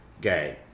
gay